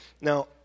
now